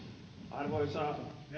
arvoisa herra